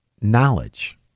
knowledge